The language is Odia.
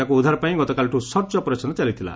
ତାଙ୍କୁ ଉଦ୍ଧାର ପାଇଁ ଗତକାଲିଠୁ ସର୍ଚ ଅପରେସନ୍ ଚାଲିଥିଲା